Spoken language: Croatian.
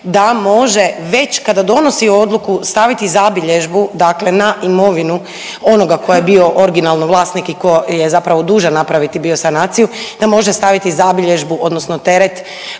da može već kada donosi odluku staviti zabilježbu na imovinu onoga ko je bio originalno vlasnik i ko je zapravo dužan napraviti bio sanaciju da može staviti zabilježbu odnosno teret